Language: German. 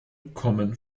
kommen